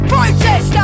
Protest